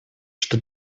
что